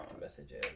messages